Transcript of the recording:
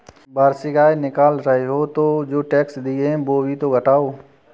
वार्षिक आय निकाल रहे हो तो जो टैक्स दिए हैं वो भी तो घटाओ